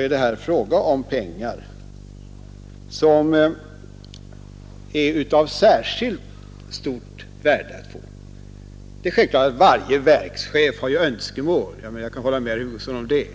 är det fråga om pengar, som såvitt jag kan se är av särskilt stor betydelse. Varje verkschef har självfallet sina önskemål. Det håller jag med herr Hugosson om.